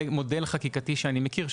זהו מודל חקיקתי שאני מכיר,